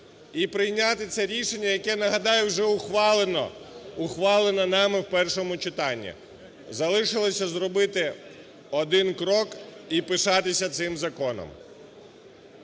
і прийняти це рішення, яке, нагадаю, уже ухвалено, ухвалено нами в першому читанні. Залишилося зробити один крок і пишатися цим законом.